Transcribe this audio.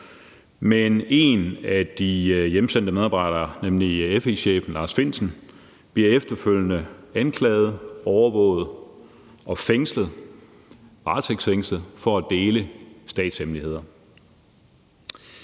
Men en af de hjemsendte medarbejdere, nemlig FE-chefen Lars Findsen, bliver efterfølgende anklaget, overvåget og fængslet, varetægtsfængslet, for at dele statshemmeligheder.